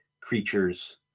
creatures